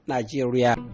Nigeria